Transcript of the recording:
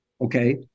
okay